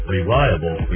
Reliable